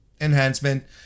enhancement